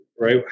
right